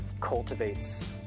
cultivates